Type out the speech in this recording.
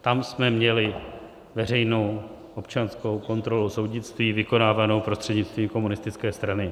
Tam jsme měli veřejnou občanskou kontrolu soudnictví vykonávanou prostřednictvím komunistické strany.